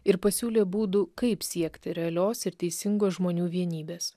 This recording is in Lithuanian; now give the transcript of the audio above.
ir pasiūlė būdų kaip siekti realios ir teisingos žmonių vienybės